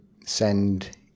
send